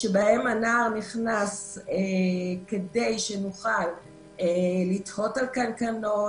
שבהם הנער נכנס כדי שנוכל לתהות על קנקנו,